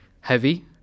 heavy